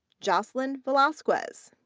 jozlyn velasquez.